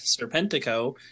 Serpentico